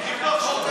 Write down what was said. תבדוק.